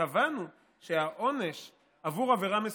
קבענו שהעונש עבור עבירה מסוימת,